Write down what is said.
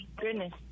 goodness